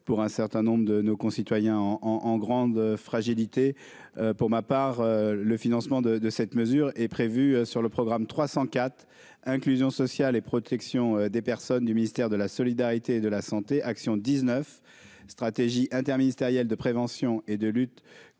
pour un certain nombre de nos concitoyens en en grande fragilité pour ma part le financement de de cette mesure est prévue sur le programme 304 inclusion sociale et protection des personnes, du ministère de la solidarité et de la santé, action 19 stratégie interministériel de prévention et de lutte